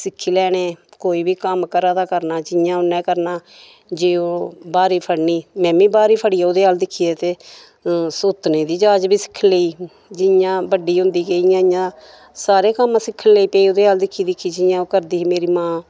सिक्खी लैने कोई बी कम्म घरा दा करना जि'यां उ'नें करना जे ओह् बारी फड़नी में मी बारी फड़िये ते ओह्दे अल दिक्खिये ते सोत्तने दी जाच बी सिक्खी लेई जि'यां बड्डी होंदी गेई इ'यां इ'यां सारे कम्म सिक्खी लेई पे ओह्दे अल दिक्खी दिक्खी कि जि'यां ओह् करदी ही मेरी मां